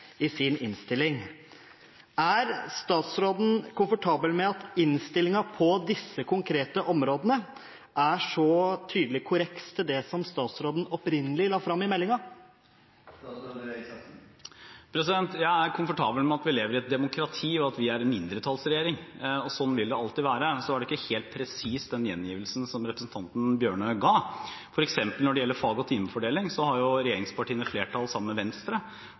i sin innstilling. Er statsråden komfortabel med at innstillingen på disse konkrete områdene er en så tydelig korreks til det statsråden opprinnelig la fram i meldingen? Jeg er komfortabel med at vi lever i et demokrati, og at vi er en mindretallsregjering. Sånn vil det alltid være. Den gjengivelsen representanten Tynning Bjørnø ga, var ikke helt presis. Når det gjelder f.eks. fag- og timefordeling, har regjeringspartiene et flertall sammen med Venstre